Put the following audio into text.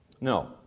No